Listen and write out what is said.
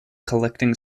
collecting